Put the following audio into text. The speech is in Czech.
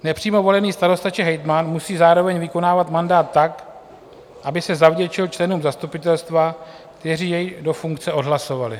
Nepřímo volený starosta či hejtman musí zároveň vykonávat mandát tak, aby se zavděčil členům zastupitelstva, kteří jej do funkce odhlasovali.